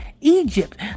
Egypt